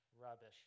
rubbish